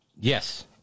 Yes